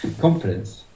confidence